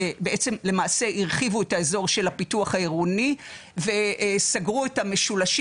בעצם למעשה הרחיבו את האזור של הפיתוח העירוני וסגרו את המשולשים